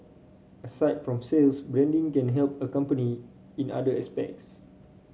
aside from sales branding can help a company in other aspects